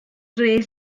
dref